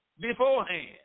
beforehand